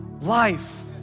life